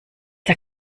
der